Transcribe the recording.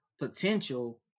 potential